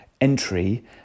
entry